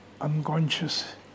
unconscious